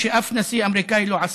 מה שאף נשיא אמריקאי לא עשה,